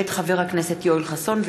מאת חברי הכנסת יואל חסון,